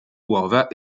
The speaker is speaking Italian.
uova